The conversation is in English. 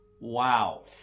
Wow